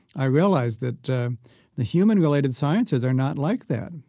i realized that the human-related sciences are not like that.